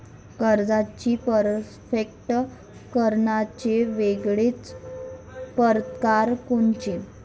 कर्जाची परतफेड करण्याचे वेगवेगळ परकार कोनचे?